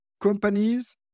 companies